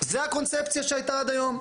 זאת הקונספציה שהייתה עד היום.